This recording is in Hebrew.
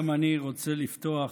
גם אני רוצה לפתוח,